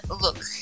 Look